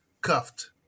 cuffed